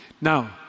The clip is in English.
Now